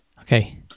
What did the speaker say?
okay